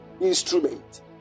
instrument